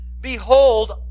Behold